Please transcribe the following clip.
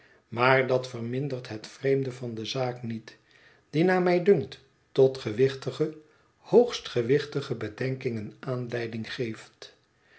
maar dat vermindert het vreemde van de zaak niet die naar mij dunkt tot gewichtige hoogst gewichtige bedenkingen aanleiding geeft